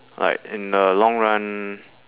like in the long run